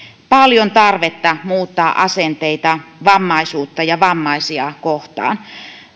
paljon tarvetta muuttaa asenteita vammaisuutta ja vammaisia kohtaan